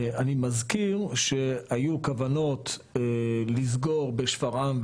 אני מזכיר שהיו כוונות לסגור בשפרעם,